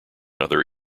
other